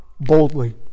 boldly